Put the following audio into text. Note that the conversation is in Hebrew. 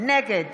נגד